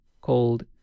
called